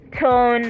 tone